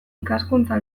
ikaskuntza